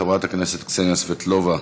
חברת הכנסת קסניה סבטלובה.